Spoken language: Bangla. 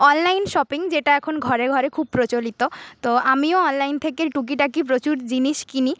অনলাইন শপিং যেটা এখন ঘরে ঘরে খুব প্রচলিত তো আমিও অনলাইন থেকে টুকিটাকি প্রচুর জিনিস কিনি